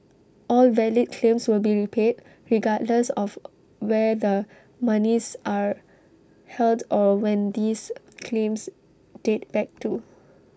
all valid claims will be repaid regardless of where the monies are held or when these claims date back to